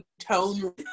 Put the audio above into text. tone